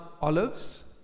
olives